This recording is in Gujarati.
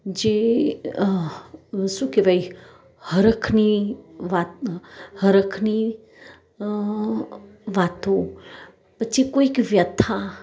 જે શું કહેવાય હરખની વાત હરખની વાતો પછી કોઈક વ્યથા